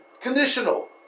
Conditional